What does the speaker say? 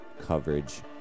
Coverage